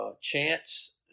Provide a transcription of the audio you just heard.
Chance